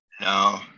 no